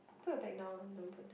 put your bag down ah don't put there